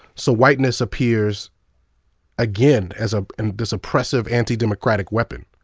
so whiteness appears again as ah and this oppressive, anti-democratic weapon.